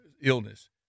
illness